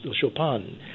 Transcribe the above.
Chopin